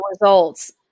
results